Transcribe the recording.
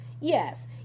yes